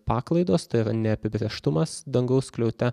paklaidos tai yra neapibrėžtumas dangaus skliaute